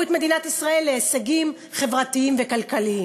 את מדינת ישראל להישגים חברתיים וכלכליים,